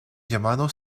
llamado